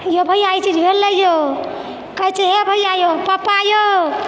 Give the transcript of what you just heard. यो भय्या ई चीज भेलै यौ कहे छियै हे भय्या यौ पपा यौ